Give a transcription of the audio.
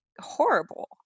horrible